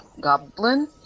goblin